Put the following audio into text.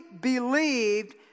believed